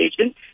agent